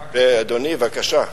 בבקשה,